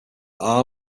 our